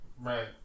right